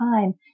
time